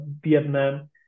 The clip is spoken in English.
Vietnam